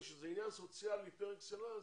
שזה עניין סוציאלי פר אקסלנס,